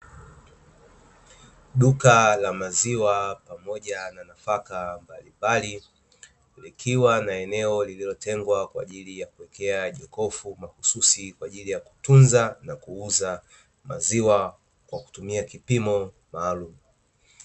Duka la maziwa pamoja na nafaka mbalimbali, likiwa na eneo lililotengwa kwa ajili ya kuhifadhia jokofu, mahususi kwa ajili ya kutunza na kuuza maziwa kwa kutumia kipimo maalumu.